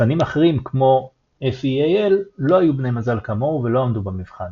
צפנים אחרים כמו FEAL לא היו בני מזל כמוהו ולא עמדו במבחן.